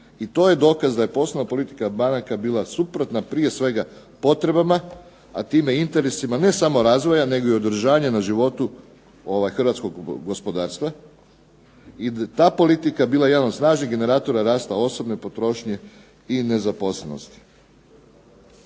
i to je dokaz da je poslovna politika banaka bila suprotna prije svega potrebama, a time i interesima ne samo razvoja nego i održanja na životu hrvatskog gospodarstva i ta politika bila je jedan od snažnih generatora rasta osobne potrošnje i nezaposlenosti.